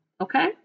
okay